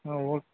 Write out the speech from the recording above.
ಹಾಂ ಓಕೆ